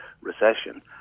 Recession